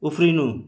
उफ्रिनु